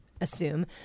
assume